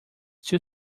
two